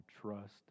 trust